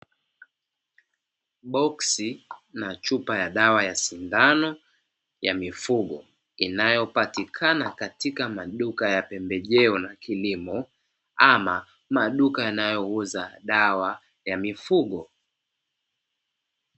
Boksi na chupa ya dawa yasindano ya mifugo, inayopatikana katika maduka ya pembejeo na kilimo, ama maduka yanayouza dawa ya mifugo.